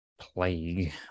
plague